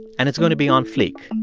and it's going to be on fleek.